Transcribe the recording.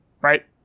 Right